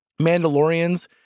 Mandalorians